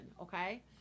okay